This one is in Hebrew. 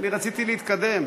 אני רציתי להתקדם.